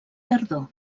tardor